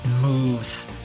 moves